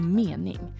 mening